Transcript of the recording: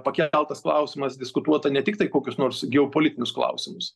pakeltas klausimas diskutuota ne tik tai kokius nors geopolitinius klausimus